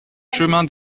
chemin